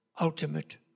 Ultimate